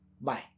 Bye